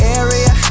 area